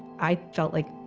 i felt like.